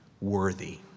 worthy